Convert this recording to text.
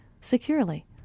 securely